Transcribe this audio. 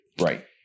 Right